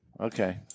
Okay